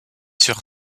sur